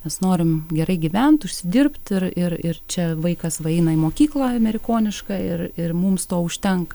mes norim gerai gyvent užsidirbt ir ir ir čia vaikas va einai į mokyklą amerikonišką ir ir mums to užtenka